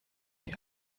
wie